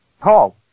Paul